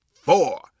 four